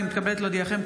אני מתכבדת להודיעכם,